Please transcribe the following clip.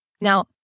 Now